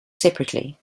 separately